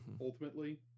ultimately